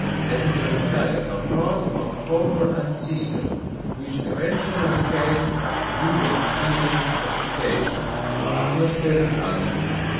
the intermetallic compound of copper and cesium which eventually decayed due to cesium's oxidation by atmospheric oxygen.